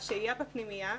השהייה בפנימייה,